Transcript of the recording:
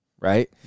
right